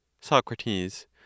SOCRATES